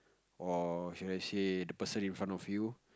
or should I say the person in front of you